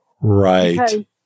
Right